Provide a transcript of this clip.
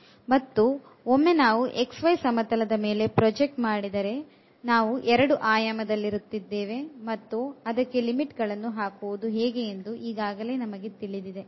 ಮತ್ತು ಒಮ್ಮೆ ನಾವು xy ಸಮತಲದ ಮೇಲೆ ಪ್ರೊಜೆಕ್ಟ್ ಮಾಡಿದರೆ ನಾವು ೨ ಆಯಾಮದಲ್ಲಿರುತ್ತೇವೆ ಮತ್ತು ಅದಕ್ಕೆ ಲಿಮಿಟ್ ಗಳನ್ನು ಹಾಕುವುದು ಹೇಗೆ ಎಂದು ಈಗಾಗಲೇ ನಮಗೆ ತಿಳಿದಿದೆ